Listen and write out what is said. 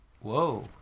Whoa